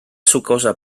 sucosa